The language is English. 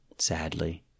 Sadly